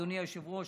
אדוני היושב-ראש,